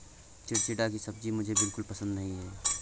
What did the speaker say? चिचिण्डा की सब्जी मुझे बिल्कुल पसंद नहीं है